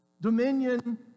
dominion